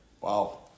Wow